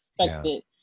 expected